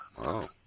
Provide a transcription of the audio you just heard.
wow